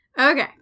Okay